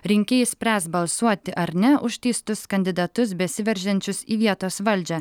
rinkėjai spręs balsuoti ar ne už teistus kandidatus besiveržiančius į vietos valdžią